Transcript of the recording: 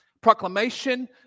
Proclamation